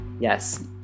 Yes